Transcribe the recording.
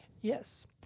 Yes